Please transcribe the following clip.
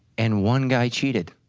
and one guy cheated,